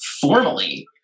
formally